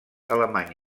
alemany